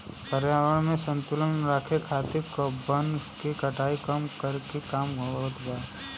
पर्यावरण में संतुलन राखे खातिर वन के कटाई कम करके काम होत बा